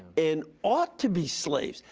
and ought to be slaves.